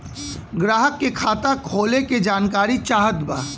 ग्राहक के खाता खोले के जानकारी चाहत बा?